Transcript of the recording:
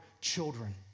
children